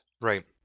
Right